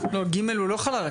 ג' הוא לא חל על הכנסת.